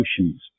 oceans